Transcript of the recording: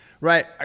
right